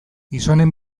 gizonen